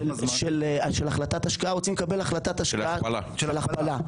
רוצים לקבל החלטת השקעה של הכפלה.